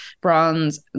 Bronze